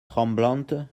tremblante